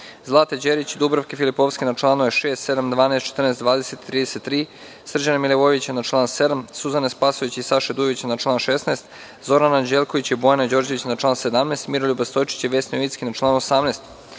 Zlate Đerić i Dubravke Filipovski na članove 6, 7, 12, 14, 20. i 33; Srđana Milivojevića na član 7; Suzane Spasojević i Saše Dujovića na član 16; Zorana Anđelkovića i Bojane Đorđević na član 17; Miroljuba Stojčića i Vesne Jovicki na član 18;